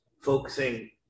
focusing